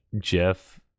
Jeff